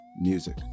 music